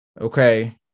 okay